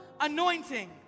anointing